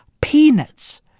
peanuts